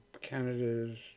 Canada's